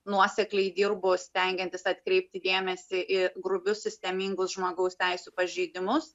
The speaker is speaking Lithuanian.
nuosekliai dirbo stengiantis atkreipti dėmesį į grubius sistemingus žmogaus teisių pažeidimus